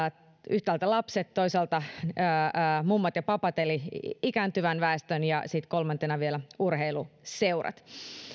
yhtäältä lapset toisaalta mummot ja papat eli ikääntyvän väestön ja sitten kolmantena vielä urheiluseurat